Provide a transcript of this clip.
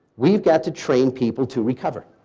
we've got to train people to recover.